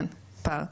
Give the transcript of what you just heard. כן פער,